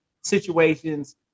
situations